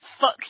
Fuck